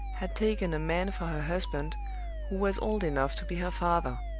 had taken a man for her husband who was old enough to be her father